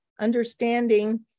understanding